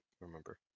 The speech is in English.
remember